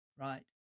Right